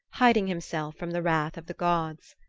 hiding himself from the wrath of the gods.